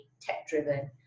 tech-driven